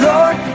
Lord